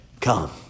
come